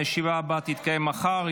הישיבה הבאה תתקיים מחר,